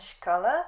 color